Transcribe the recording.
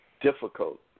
difficult